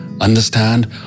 understand